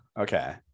Okay